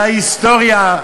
זה ההיסטוריה,